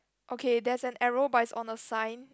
okay there's an error but is on the sign